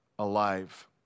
alive